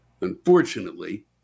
Unfortunately